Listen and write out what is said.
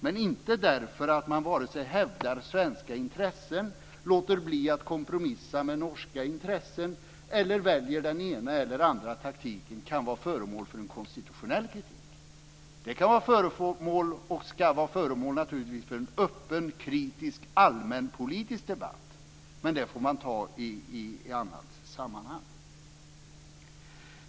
Men varken att man hävdar svenska intressen, låter bli att kompromissa med norska intressen eller väljer den ena eller andra taktiken kan vara föremål för en konstitutionell kritik. Den kan, och ska naturligtvis också, vara föremål för en öppen, kritisk allmänpolitisk debatt. Men den får man föra i annat sammanhang.